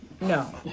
No